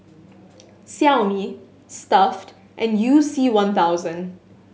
Xiaomi Stuff'd and You C One thousand